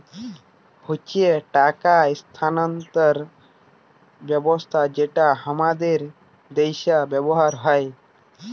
হচ্যে টাকা স্থানান্তর ব্যবস্থা যেটা হামাদের দ্যাশে ব্যবহার হ্যয়